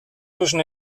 zwischen